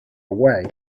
away